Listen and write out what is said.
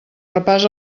repàs